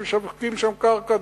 שמשווקים שם קרקע,